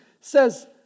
says